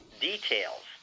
details